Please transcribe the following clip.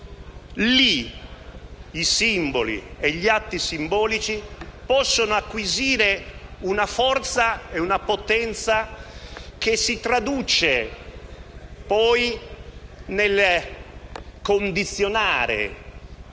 lì i simboli e gli atti simbolici possono acquisire una forza, una potenza che si traduce poi nel condizionare